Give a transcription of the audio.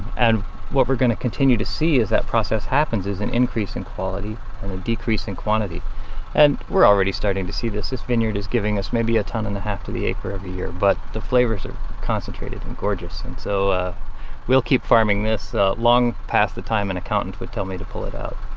and what we're going to continue to see as that process happens is an increase in quality and a decrease in quantity and we're already starting to see this. this vineyard is giving us maybe a ton-and-a-half to the acre every year. but the flavors are concentrated and gorgeous, so we'll keep farming this long past the time an and accountant would tell me to pull it out